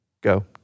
Go